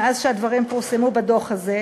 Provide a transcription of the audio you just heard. מאז שהדברים פורסמו בדוח הזה,